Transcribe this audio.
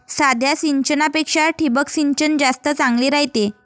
साध्या सिंचनापेक्षा ठिबक सिंचन जास्त चांगले रायते